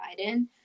Biden